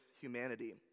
humanity